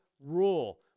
rule